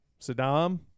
Saddam